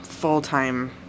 full-time